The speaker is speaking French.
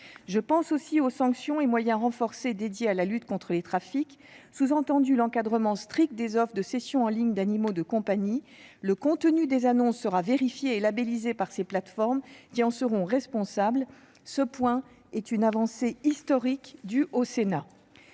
Je pense aussi aux nouvelles sanctions et aux moyens renforcés alloués à la lutte contre les trafics. Un encadrement strict des offres de cession en ligne d'animaux de compagnie est acquis : le contenu des annonces sera vérifié et labellisé par ces plateformes, qui en seront responsables. Ce point est une avancée historique, que l'on